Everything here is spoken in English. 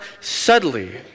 subtly